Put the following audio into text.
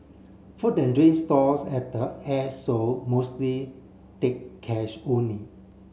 food and drink stalls at the Airshow mostly take cash only